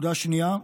נקודה שנייה,